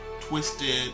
twisted